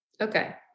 Okay